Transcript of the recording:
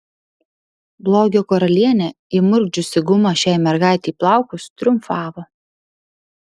blogio karalienė įmurkdžiusi gumą šiai mergaitei į plaukus triumfavo